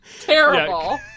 terrible